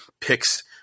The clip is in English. picks